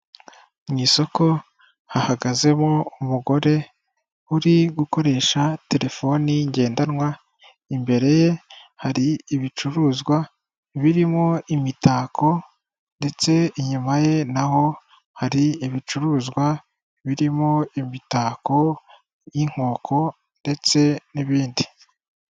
Mu isoko hahagazemo umugore uri gukoresha telefoni ngendanwa, imbere ye hari ibicuruzwa birimo imitako ndetse inyuma ye naho hari ibicuruzwa birimo imitako y'inkoko ndetse n'ibindi.